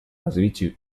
развитию